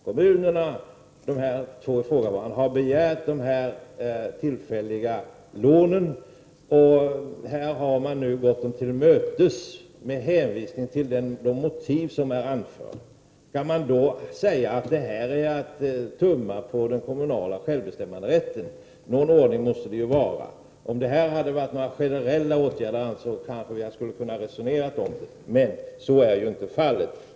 De ifrågavarande kommunerna har begärt dessa tillfälliga lån. Man har nu gått dem till mötes med hänvisning till de motiv som är anförda. Kan man säga att detta är att tumma på den kommunala självbestämmanderätten? Någon ordning måste det vara. Om det hade varit fråga om generella åtgärder, kunde vi kanske ha resonerat om detta, men så är ju inte fallet.